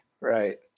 right